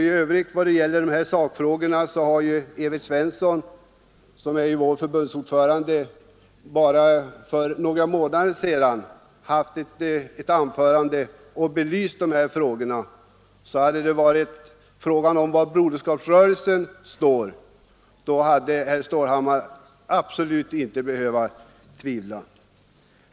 I övrigt höll vår förbundsordförande Evert Svensson bara för några månader sedan ett anförande där han belyste dessa frågor. Herr Stålhammar hade alltså absolut inte behövt tvivla om var Broderskapsrörelsen står.